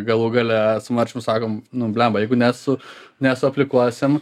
galų gale su marčium sakom nu bliamba jeigu ne su nesuaplikuosim